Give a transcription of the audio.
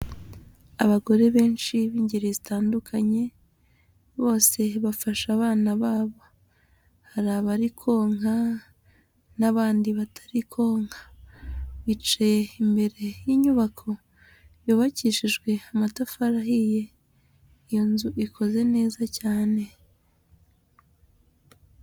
Abagore benshi b'ingeri zitandukanye bose bafashe abana babo, hari abari konka n'abandi batari konka bicaye imbere y'inyubako yubakishijwe amatafari ahiye, iyo nzu ikoze neza cyane.